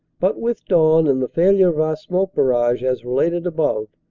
but with dawn and the failure of our smoke ar rage as related above,